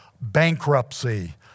bankruptcy